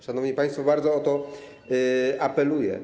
Szanowni państwo, bardzo o to apeluję.